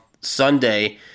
Sunday